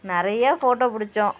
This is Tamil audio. நிறையா ஃபோட்டோ பிடிச்சோம்